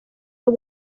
aho